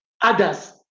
others